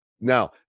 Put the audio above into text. now